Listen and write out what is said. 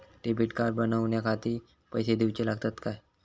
Debit card बनवण्याखाती पैसे दिऊचे लागतात काय?